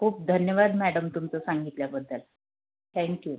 खूप धन्यवाद मॅडम तुमचं सांगितल्याबद्दल थॅंक्यू